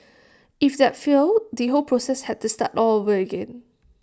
if that failed the whole process had to start all over again